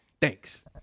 Thanks